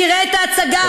תראה את ההצגה.